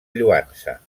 lloança